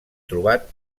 trobat